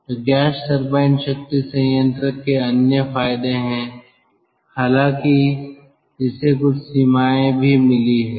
तो gas turbine शक्ति संयंत्र के अन्य फायदे हैं हालांकि इसे कुछ सीमाएं भी मिली हैं